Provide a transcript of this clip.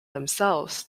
themselves